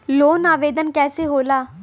Loan आवेदन कैसे होला?